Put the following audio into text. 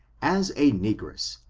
as a negress,